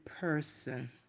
person